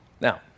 Now